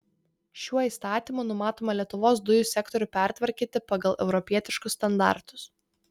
šiuo įstatymu numatoma lietuvos dujų sektorių pertvarkyti pagal europietiškus standartus